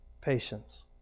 Patience